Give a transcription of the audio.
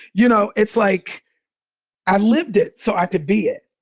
you know, it's like i lived it so i could be it.